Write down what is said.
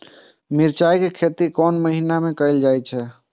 मिरचाय के खेती कोन महीना कायल जाय छै?